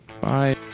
Bye